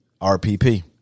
RPP